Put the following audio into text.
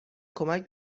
کمک